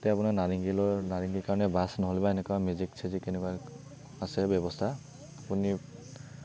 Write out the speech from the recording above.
তাতে আপোনাৰ নাৰেঙ্গীলৈ নাৰেঙ্গীৰ কাৰণে বাছ নহ'লেবা এনেকুৱা মেজিক ছেজিক তেনেকুৱা আছে ব্যৱস্থা আপুনি